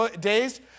days